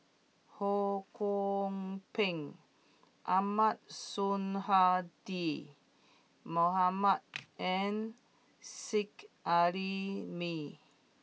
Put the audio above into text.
Ho Kwon Ping Ahmad Sonhadji Mohamad and Seet Ai Mee